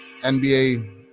NBA